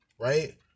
Right